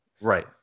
Right